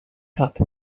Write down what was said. cup